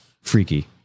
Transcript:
freaky